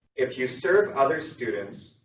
if you serve other students,